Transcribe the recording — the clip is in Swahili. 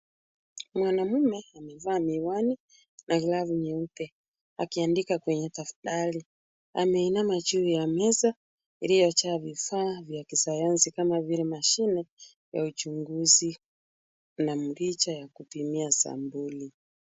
Mwanamume amevaa miwani na glavu nyeupe akiandika kwenye daftari. Ameinama juu ya meza iliyojaa vifaa vya kisayansi kama vile mashine ya uchunguzi na mrija ya kupimia sampuli.